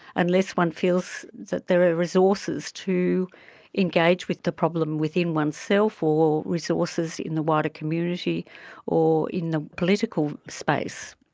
unless one feels that there are resources to engage with the problem within oneself or resources in the wider community or in the political space.